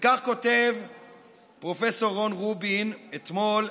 וכך כותב פרופ' רון רובין אתמול,